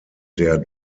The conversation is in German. der